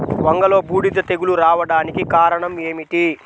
వంగలో బూడిద తెగులు రావడానికి కారణం ఏమిటి?